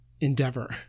endeavor